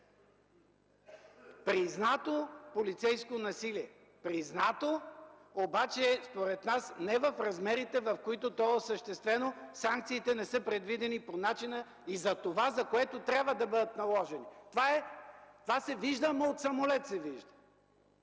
признато полицейско насилие! Признато, обаче според нас не в размерите, в които то е осъществено, санкциите не са предвидени по начина и за това, за което трябва да бъдат наложени. Това се вижда, ама, от самолет се вижда!